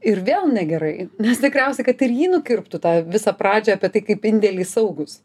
ir vėl negerai nes tikriausiai kad ir jį nukirptų tą visą pradžią apie tai kaip indėliai saugūs